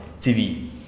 TV